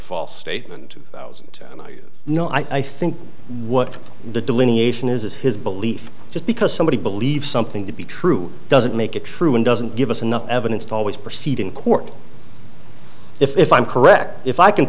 false statement thousand and i you know i think what the delineation is is his belief just because somebody believes something to be true doesn't make it true and doesn't give us enough evidence to always proceed in court if if i'm correct if i can